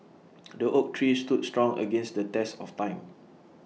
the oak tree stood strong against the test of time